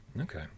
Okay